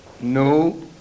No